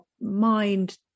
mind